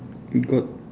got